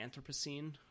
Anthropocene